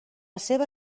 seva